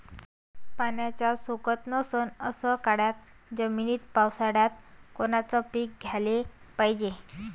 पाण्याचा सोकत नसन अशा काळ्या जमिनीत पावसाळ्यात कोनचं पीक घ्याले पायजे?